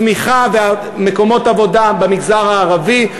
צמיחה ומקומות עבודה במגזר ערבי,